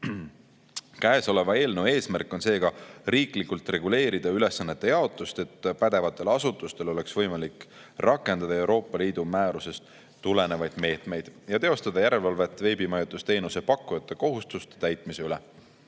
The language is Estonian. Käesoleva eelnõu eesmärk on seega riiklikult reguleerida ülesannete jaotust, et pädevatel asutustel oleks võimalik rakendada Euroopa Liidu määrusest tulenevaid meetmeid ja teostada järelevalvet veebimajutusteenuse pakkujate kohustuste täitmise üle.